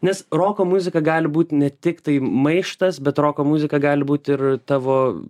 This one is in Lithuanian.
nes roko muzika gali būt ne tiktai maištas bet roko muzika gali būt ir tavo